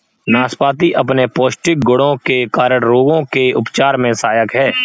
नाशपाती अपने पौष्टिक गुणों के कारण रोगों के उपचार में सहायक है